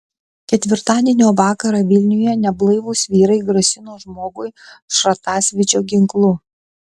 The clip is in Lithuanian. ketvirtadienio vakarą vilniuje neblaivūs vyrai grasino žmogui šratasvydžio ginklu